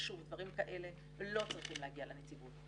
שוב, דברים כאלה לא צריכים להגיע לנציבות.